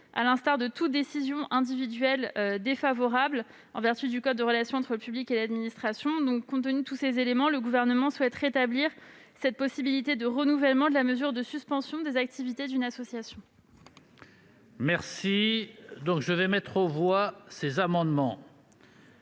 à l'instar de toute décision individuelle défavorable, en vertu du code des relations entre le public et l'administration. Compte tenu de tous ces éléments, le Gouvernement souhaite rétablir cette possibilité de renouvellement de la mesure de suspension des activités d'une association. Je mets aux voix les amendements